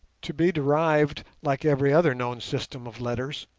to be derived, like every other known system of letters,